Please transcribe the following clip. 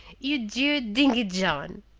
you dear, dingy john!